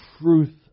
truth